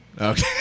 Okay